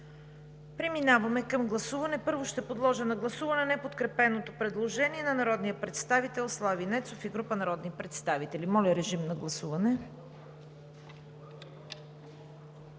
Преминаваме към гласуване. Първо ще подложа на гласуване неподкрепеното предложение на народния представител Слави Нецов и група народни представители. (Реплики от ДПС.)